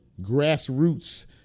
grassroots